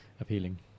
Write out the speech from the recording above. appealing